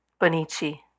Bonici